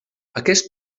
aquest